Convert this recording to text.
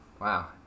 Wow